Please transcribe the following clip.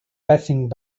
passing